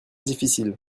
difficile